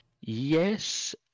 Yes